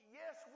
yes